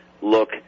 look